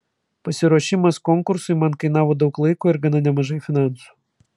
pasiruošimas konkursui man kainavo daug laiko ir gana nemažai finansų